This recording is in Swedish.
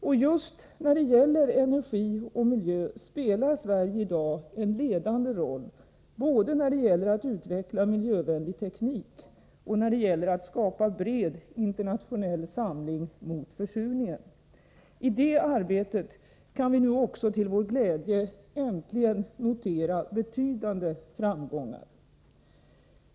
Och just när det gäller energi och miljö spelar Sverige i dag en ledande roll, både när det gäller att utveckla miljövänlig teknik och när det gäller att skapa bred internationell samling mot försurningen. I det arbetet kan vi nu också till vår glädje äntligen notera betydande framgångar.